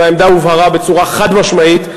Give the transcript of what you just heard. והעמדה הובהרה בצורה חד-משמעית,